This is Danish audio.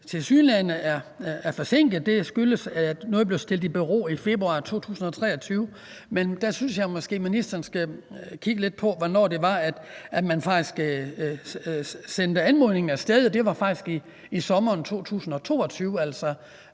tilsyneladende er forsinket, er, at noget blev stillet i bero i februar 2023. Der synes jeg måske, at ministeren skal kigge lidt på, hvornår det var, at man faktisk sendte anmodningen af sted. Det var faktisk i sommeren 2022, altså